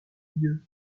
milieu